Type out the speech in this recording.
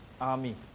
army